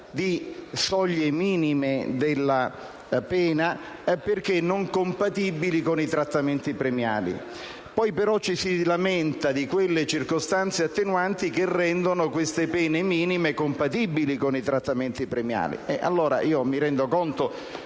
soglie minime della pena perché non compatibili con i trattamenti premiali. Poi però ci si lamenta delle circostanze attenuanti che rendono queste pene minime compatibili con i trattamenti premiali. Mi rendo conto